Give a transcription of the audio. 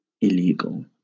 illegal